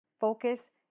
focus